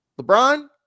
LeBron